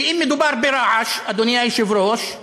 כי אם מדובר ברעש, אדוני היושב-ראש,